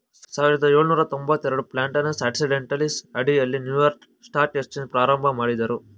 ಸಾವಿರದ ಏಳುನೂರ ತೊಂಬತ್ತಎರಡು ಪ್ಲಾಟಾನಸ್ ಆಕ್ಸಿಡೆಂಟಲೀಸ್ ಅಡಿಯಲ್ಲಿ ನ್ಯೂಯಾರ್ಕ್ ಸ್ಟಾಕ್ ಎಕ್ಸ್ಚೇಂಜ್ ಪ್ರಾರಂಭಮಾಡಿದ್ರು